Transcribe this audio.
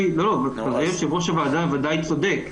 אדוני יושב-ראש הוועדה ודאי צודק.